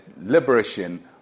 liberation